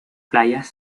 playas